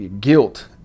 guilt